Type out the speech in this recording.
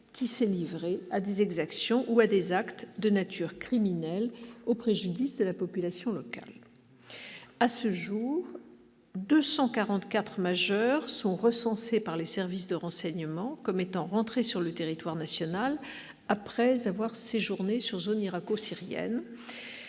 qui s'est livrée à des exactions ou à des actes de nature criminelle au préjudice de la population locale. À ce jour, 244 majeurs sont recensés par les services de renseignement comme étant rentrés sur le territoire national après avoir séjourné en zone irako-syrienne,